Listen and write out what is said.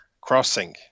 crossing